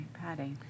Patty